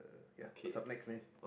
ya what's up mix man